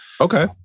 okay